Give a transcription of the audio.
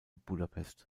budapest